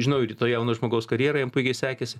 žinau ir to jauno žmogaus karjerą jam puikiai sekėsi